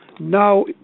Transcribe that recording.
now